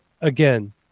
again